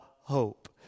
hope